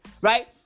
Right